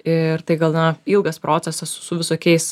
ir tai gana ilgas procesas su visokiais